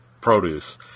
produce